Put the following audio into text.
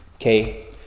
Okay